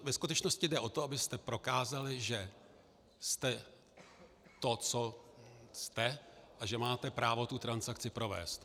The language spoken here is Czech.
Ve skutečnosti jde o to, abyste prokázali, že jste to, co jste, a že máte právo tu transakci provést.